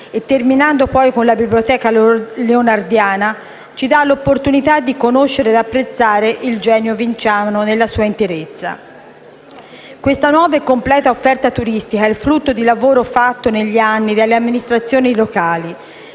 e terminando poi con la Biblioteca leonardiana, ci dà l'opportunità di conoscere ed apprezzare il genio vinciano nella sua interezza. Questa nuova e completa offerta turistica è frutto di un lavoro fatto negli anni dalle amministrazioni locali,